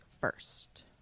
first